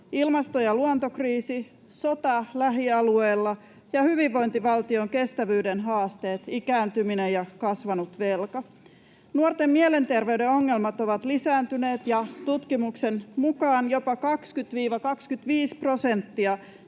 ilmasto- ja luontokriisi, sota lähialueella ja hyvinvointivaltion kestävyyden haasteet, ikääntyminen ja kasvanut velka. Nuorten mielenterveyden ongelmat ovat lisääntyneet, ja tutkimuksen mukaan jopa 20—25 prosenttia